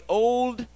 old